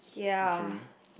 okay